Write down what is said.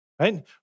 right